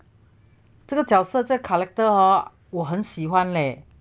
这个角色在 character hor 我很喜欢